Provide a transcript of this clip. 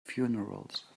funerals